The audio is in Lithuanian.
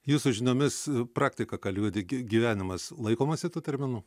jūsų žiniomis praktika ką liūdi gyvenimas laikomasi tų terminų